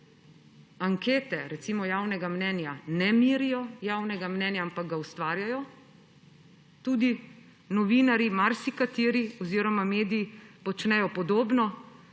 ankete, recimo, javnega mnenja ne merijo javnega mnenja, ampak ga ustvarjajo. Tudi novinarji marsikateri oziroma mediji počnejo podobno,